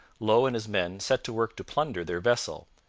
low and his men set to work to plunder their vessel,